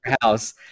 house